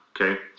okay